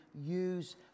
use